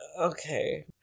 okay